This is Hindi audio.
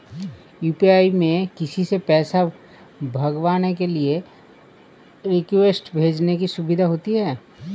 यू.पी.आई में किसी से पैसा मंगवाने के लिए रिक्वेस्ट भेजने की सुविधा होती है